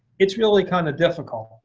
it's really kind of difficult.